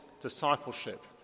discipleship